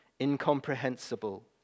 incomprehensible